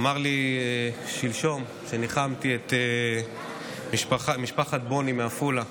אמר לי שלשום, כשניחמתי את משפחת בוני מעפולה,